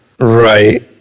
Right